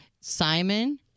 Simon